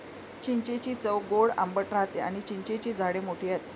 चिंचेची चव गोड आंबट राहते आणी चिंचेची झाडे मोठी आहेत